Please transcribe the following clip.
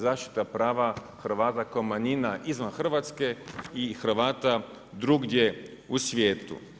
Zaštita prava Hrvata kao manjina izvan Hrvatske i Hrvata drugdje u svijetu.